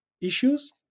issues